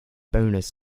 bonus